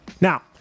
Now